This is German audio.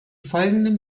folgenden